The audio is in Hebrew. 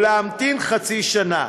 ולהמתין חצי שנה,